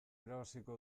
irabaziko